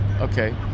okay